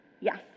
Yes